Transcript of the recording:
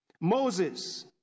Moses